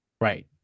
Right